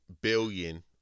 billion